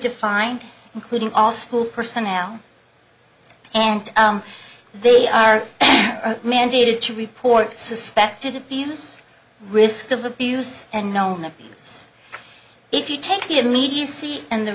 defined including all school personnel and they are mandated to report suspected abuse risk of abuse and known abuse if you take the immediacy and the